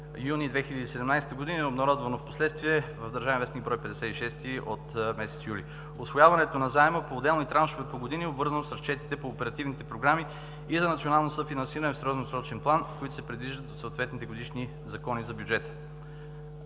юни 2017 г. и обнародвано впоследствие в ДВ бр. 56 от месец юли. Усвояването на заема по отделни траншове и по години е обвързано с разчетите по оперативните програми и за национално съфинансиране в средносрочен план, които се предвиждат за съответните годишни закони за бюджета.